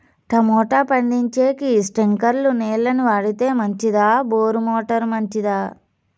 Tomato పండించేకి స్ప్రింక్లర్లు నీళ్ళ ని వాడితే మంచిదా బోరు మోటారు మంచిదా?